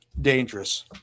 dangerous